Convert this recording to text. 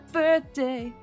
birthday